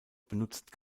benutzt